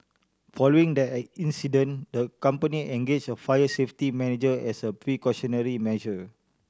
following that incident the company engaged a fire safety manager as a precautionary measure